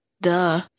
Duh